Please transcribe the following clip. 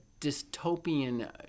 dystopian